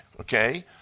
okay